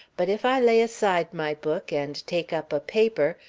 but if i lay aside my book and take up a paper,